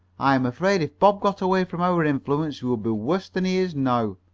i am afraid if bob got away from our influence he would be worse than he is now.